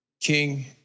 King